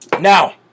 Now